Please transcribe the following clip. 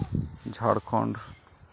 Jharkhand